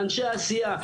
לאנשי העשייה,